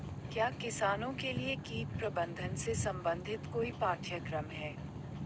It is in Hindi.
क्या किसानों के लिए कीट प्रबंधन से संबंधित कोई पाठ्यक्रम है?